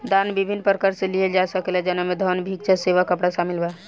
दान विभिन्न प्रकार से लिहल जा सकेला जवना में धन, भिक्षा, सेवा, कपड़ा शामिल बा